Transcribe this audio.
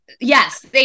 Yes